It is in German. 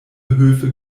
höfe